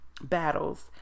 battles